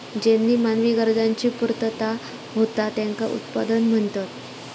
ज्येनीं मानवी गरजांची पूर्तता होता त्येंका उत्पादन म्हणतत